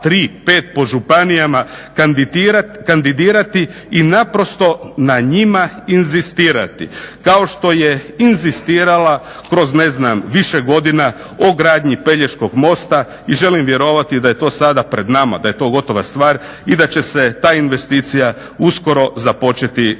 pet po županijama kandidirati i naprosto na njima inzistirati, kao što je inzistirala kroz više godina o gradnji Pelješkog mosta i želim vjerovati da je to sada pred nama, da je to gotova stvar i da će se ta investicija uskoro započeti i